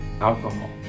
alcohol